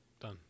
done